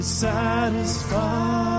Satisfied